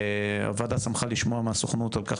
הוועדה שמחה לשמוע מהסוכנות על כך